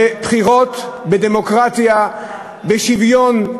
בבחירות, בדמוקרטיה, בשוויון,